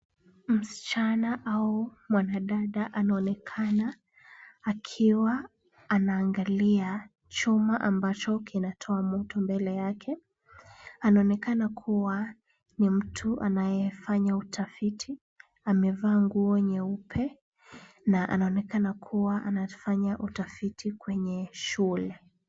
Msichana au mwanadada anaonekana akiwa anaangalia chuma ambacho kinatoa moto mbele yake. Anaonekana kuwa ni mtu anayefanya utafiti. Amevaa nguo nyeupe na anaonekana kuwa anafanya utafiti kwenye shule.